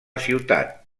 ciutat